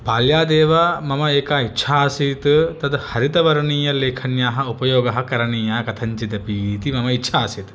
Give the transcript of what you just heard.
बाल्यादेव मम एका इच्छा आसीत् तद् हरितवर्णीयलेखन्याः उपगोगः करणीया कथञ्चिदपीति मम इच्छा आसीत्